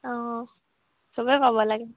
অঁ সবেই পাব লাগে